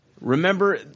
Remember